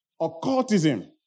occultism